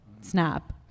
snap